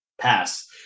Pass